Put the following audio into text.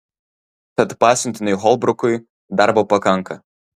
tad pasiuntiniui holbrukui darbo pakanka